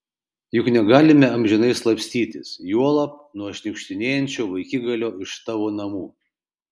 juk negalime amžinai slapstytis juolab nuo šniukštinėjančio vaikigalio iš tavo namų